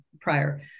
prior